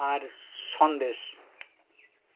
আর Sandesh